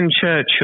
Churchill